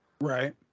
right